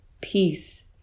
peace